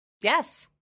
Yes